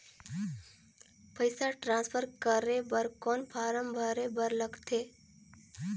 पईसा ट्रांसफर करे बर कौन फारम भरे बर लगथे?